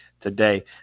today